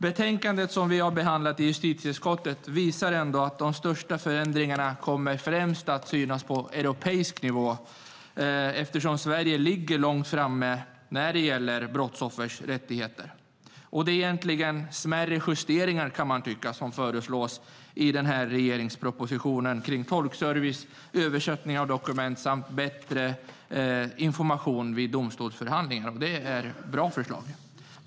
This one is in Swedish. Betänkandet som vi behandlat i justitieutskottet visar ändå att de största förändringarna främst kommer att synas på europeisk nivå eftersom Sverige ligger långt framme när det gäller brottsoffers rättigheter. Det är egentligen smärre justeringar, kan man tycka, som föreslås i regeringens proposition om tolkservice, översättning av dokument samt bättre information vid domstolsförhandlingar. Det är bra förslag.